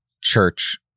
church